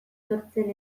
sortzen